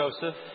Joseph